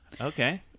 Okay